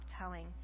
telling